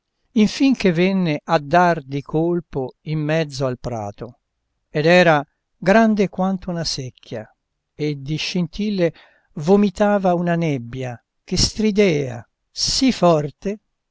infin che venne a dar di colpo in mezzo al prato ed era grande quanto una secchia e di scintille vomitava una nebbia che stridea sì forte